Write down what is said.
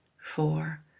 four